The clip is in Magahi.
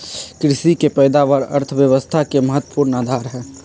कृषि के पैदावार अर्थव्यवस्था के महत्वपूर्ण आधार हई